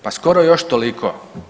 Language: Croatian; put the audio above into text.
Pa skoro još toliko.